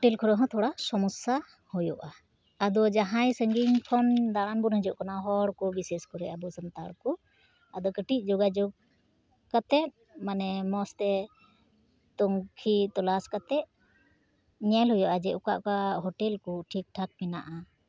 ᱦᱳᱴᱮ ᱞ ᱠᱚᱨᱮ ᱦᱚᱸ ᱛᱷᱚᱲᱟ ᱥᱚᱢᱚᱥᱥᱟ ᱦᱩᱭᱩᱜᱼᱟ ᱟᱫᱚ ᱡᱟᱦᱟᱸᱭ ᱥᱟᱺᱜᱤᱧ ᱠᱷᱚᱱ ᱫᱟᱬᱟᱱ ᱵᱚᱱ ᱦᱤᱡᱩᱜ ᱠᱟᱱᱟ ᱦᱚᱲ ᱠᱚ ᱵᱤᱥᱮᱥ ᱠᱚᱨᱮ ᱟᱵᱚ ᱥᱟᱱᱛᱟᱲ ᱠᱚ ᱟᱫᱚ ᱠᱟᱹᱴᱤᱡ ᱡᱳᱜᱟᱡᱳᱜᱽ ᱠᱟᱛᱮᱫ ᱢᱟᱱᱮ ᱢᱚᱡᱽ ᱛᱮ ᱛᱩᱱᱠᱷᱤ ᱛᱚᱞᱟᱥ ᱠᱟᱛᱮᱫ ᱧᱮᱞ ᱦᱩᱭᱩᱜᱼᱟ ᱡᱮ ᱚᱠᱟ ᱚᱠᱟ ᱦᱳᱴᱮ ᱞ ᱠᱚ ᱴᱷᱤᱠᱼᱴᱷᱟᱠ ᱢᱮᱱᱟᱜᱼᱟ